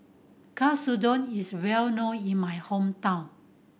katsudon is well known in my hometown